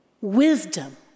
wisdom